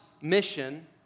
mission